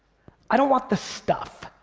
i don't want the stuff.